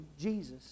Jesus